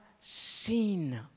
seen